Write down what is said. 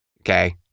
Okay